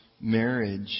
marriage